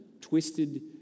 twisted